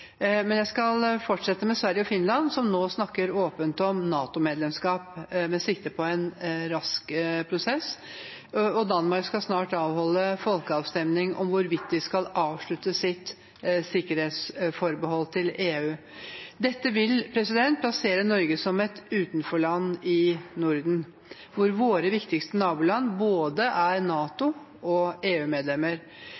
Men jeg skal fortsette med Sverige og Finland, som nå snakker åpent om NATO-medlemskap, med sikte på en rask prosess. Danmark skal snart avholde folkeavstemning om hvorvidt de skal avslutte sitt sikkerhetsforbehold i EU. Dette vil plassere Norge som et utenforland i Norden, hvor våre viktigste naboland både er NATO